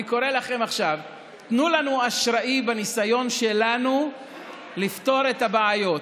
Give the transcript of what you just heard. אני קורא לכם עכשיו: תנו לנו אשראי בניסיון שלנו לפתור את הבעיות.